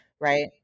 right